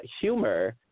humor